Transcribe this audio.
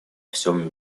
всем